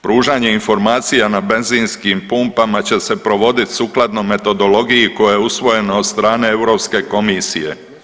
Pružanje informacija na benzinskim pumpama će se provoditi sukladno metodologiji koja je usvojena od strane Europske komisije.